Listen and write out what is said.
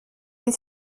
est